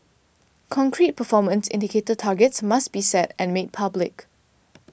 concrete performance indicator targets must be set and made public